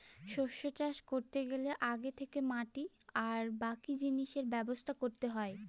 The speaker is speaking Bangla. শস্য চাষ করতে গেলে আগে থেকে মাটি আর বাকি জিনিসের ব্যবস্থা করতে হয়